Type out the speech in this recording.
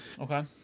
Okay